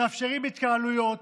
מאפשרים התקהלויות,